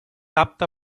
apta